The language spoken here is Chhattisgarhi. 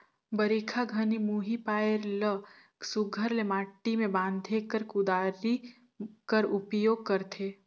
बरिखा घनी मुही पाएर ल सुग्घर ले माटी मे बांधे बर कुदारी कर उपियोग करथे